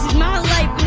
my like